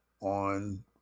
on